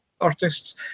artists